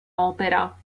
opera